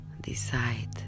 decide